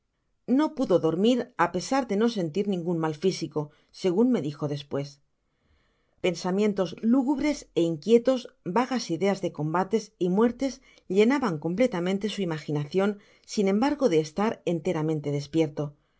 no pudo dormir á pesar de no sentir ningun mal físico segun me dijo despues pensamientos lúgubres é inquietos vagas ideas de combates y muertes llenaban completamente su imaginacion sin embargo de estar enteramente despierto